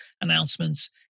announcements